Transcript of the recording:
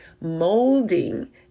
molding